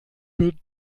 wird